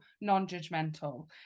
non-judgmental